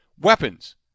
weapons